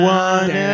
one